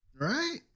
Right